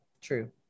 True